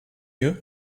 you